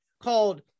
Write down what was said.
called